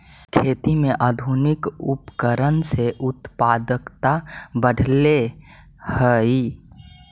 खेती में आधुनिक उपकरण से उत्पादकता बढ़ले हइ